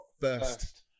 first